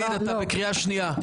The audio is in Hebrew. לא.